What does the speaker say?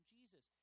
Jesus